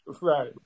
Right